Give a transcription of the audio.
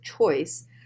choice